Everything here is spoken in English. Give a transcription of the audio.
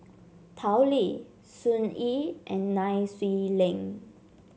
Tao Li Sun Yee and Nai Swee Leng